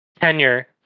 Tenure